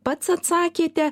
pats atsakėte